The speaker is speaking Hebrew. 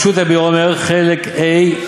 בשו"ת "יביע אומר" חלק ה',